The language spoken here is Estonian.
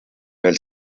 veel